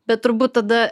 bet turbūt tada